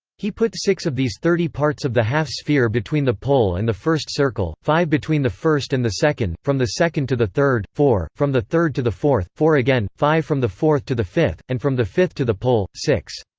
he put six of these thirty parts of the half-sphere between the pole and the first circle five between the first and the second from the second to the third, four from the third to the fourth, four again five from the fourth to the fifth and from the fifth to the pole, six.